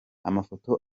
amafoto